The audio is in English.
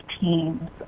teams